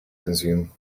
consume